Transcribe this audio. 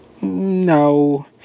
no